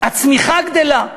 הצמיחה גדלה,